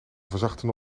verzachtende